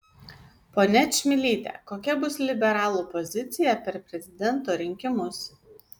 ponia čmilyte kokia bus liberalų pozicija per prezidento rinkimus